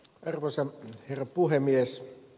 arvoisa herra puhemies